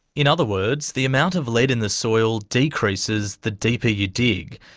in other words, the amount of lead in the soil decreases the deeper you dig,